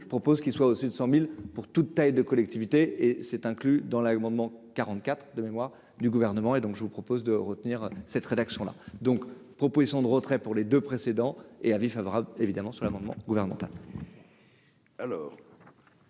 je propose qu'il soit aussi 200000 pour toute ta de collectivités et c'est inclus dans l'amendement quarante-quatre de mémoire du gouvernement et donc je vous propose de retenir cette rédaction là donc, proposition de retrait pour les 2 précédents et avis favorable évidemment sur l'amendement gouvernemental.